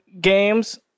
games